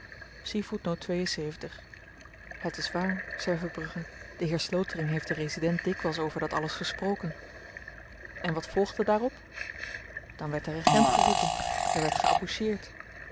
het is waar zei verbrugge de heer slotering heeft den resident dikwyls over dat alles gesproken en wat volgde daarop dan werd de regent geroepen er werd